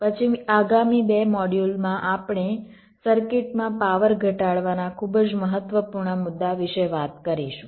પછી આગામી બે મોડ્યુલમાં આપણે સર્કિટ માં પાવર ઘટાડવાના ખૂબ જ મહત્વપૂર્ણ મુદ્દા વિશે વાત કરીશું